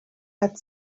had